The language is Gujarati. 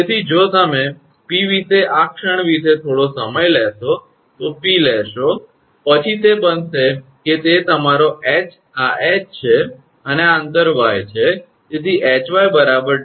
તેથી જો તમે 𝑃 વિશે આ ક્ષણ વિશે થોડો સમય લેશો તો 𝑃 લેશો પછી તે બનશે કે તે તમારો 𝐻 આ 𝐻 છે અને આ અંતર 𝑦 છે